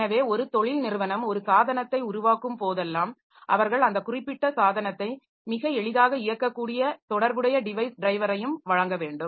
எனவே ஒரு தொழில் நிறுவனம் ஒரு சாதனத்தை உருவாக்கும் போதெல்லாம் அவர்கள் அந்த குறிப்பிட்ட சாதனத்தை மிக எளிதாக இயக்கக்கூடிய தொடர்புடைய டிவைஸ் டிரைவரையும் வழங்க வேண்டும்